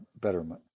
betterment